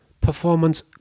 performance